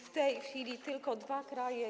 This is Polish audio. W tej chwili są tylko dwa kraje.